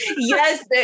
Yes